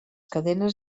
cadenes